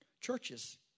churches